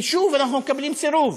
ושוב, אנחנו מקבלים סירוב.